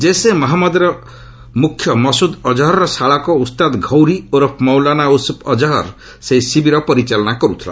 ଜୈସେ ମହମ୍ମଦର ମ୍ରଖ୍ୟ ମସ୍ରଦ୍ ଅଜ୍ହର୍ର ଶାଳକ ଉସ୍ତାଦ୍ ଘଉରୀ ଓରଫ୍ ମୌଲାନା ୟୁସ୍ରଫ୍ ଅଜ୍ହର୍ ସେହି ଶିବିର ପରିଚାଳନା କରୁଥିଲା